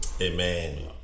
Amen